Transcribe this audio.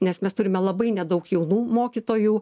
nes mes turime labai nedaug jaunų mokytojų